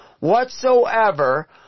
Whatsoever